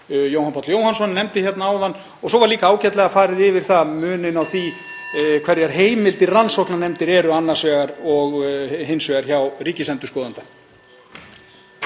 Jóhann Páll Jóhannsson nefndi hérna áðan og svo var líka ágætlega farið yfir muninn á því hverjar heimildir rannsóknarnefndar eru annars vegar og ríkisendurskoðanda